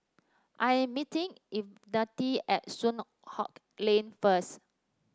I am meeting Ivette at Soon Hock Lane first